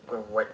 correct correct